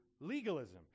legalism